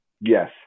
Yes